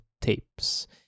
tapes